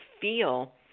feel